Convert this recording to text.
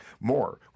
more